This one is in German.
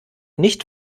nicht